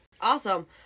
Awesome